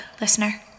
listener